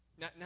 Now